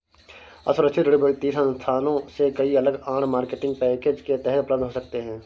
असुरक्षित ऋण वित्तीय संस्थानों से कई अलग आड़, मार्केटिंग पैकेज के तहत उपलब्ध हो सकते हैं